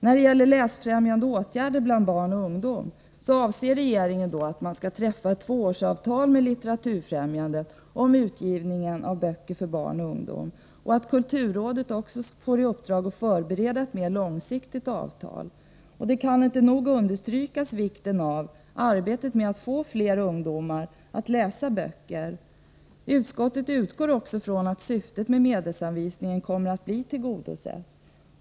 Beträffande läsfrämjande åtgärder bland barn och ungdom anser regeringen att man skall träffa ett tvåårsavtal med Litteraturfrämjandet om utgivning av böcker för barn och ungdom och att kulturrådet skall få i uppdrag att förbereda ett mer långsiktigt avtal. Man kan inte nog understryka vikten av arbetet att få fler ungdomar att läsa böcker. Utskottet utgår också ifrån att syftet med medelsanvisningen kommer att bli tillgodosett.